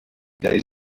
days